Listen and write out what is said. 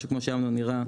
וכמו שאמנון הראה,